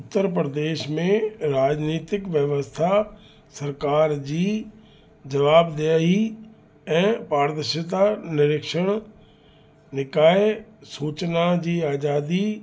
उत्तर प्रदेश में राजनीतिक व्यवस्था सरकार जी जवाबदेही ऐं पारदर्शिता निरीक्षण निकाय सूचना जी आज़ादी